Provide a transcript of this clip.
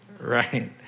right